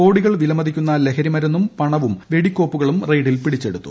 കോടികൾ വിലമതിക്കുന്ന ലഹരിമരുന്നും പണവും വെടിക്കോപ്പുകളും റെയ്ഡിൽ പിടിച്ചെടുത്തു